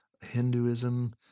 Hinduism